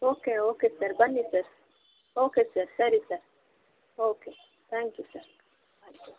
okay okay sir ಬನ್ನಿ sir okay sir ಸರಿ sir okay thank you sir